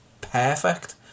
perfect